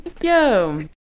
Yo